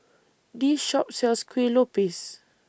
This Shop sells Kueh Lupis